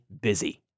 busy